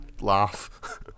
laugh